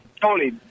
Tony